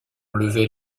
levait